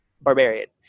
barbarian